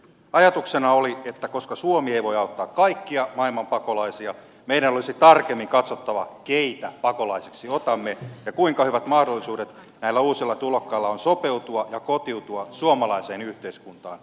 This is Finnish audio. ajatuksena oli että koska suomi ei voi auttaa kaikkia maailman pakolaisia meidän olisi tarkemmin katsottava keitä pakolaisiksi otamme ja kuinka hyvät mahdollisuudet näillä uusilla tulokkailla on sopeutua ja kotiutua suomalaiseen yhteiskuntaan